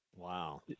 Wow